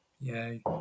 Yay